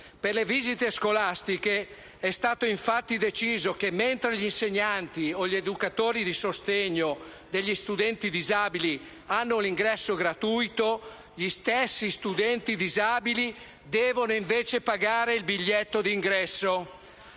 Per le visite scolastiche è stato infatti deciso che, mentre gli insegnanti o gli educatori di sostegno degli studenti disabili hanno l'ingresso gratuito, gli stessi studenti disabili devono invece pagare il biglietto di ingresso.